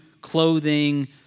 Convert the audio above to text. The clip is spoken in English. clothing